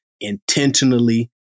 intentionally